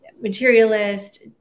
materialist